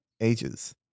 ages